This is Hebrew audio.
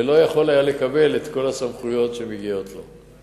ולא יכול היה לקבל את כל הסמכויות שמגיעות לו.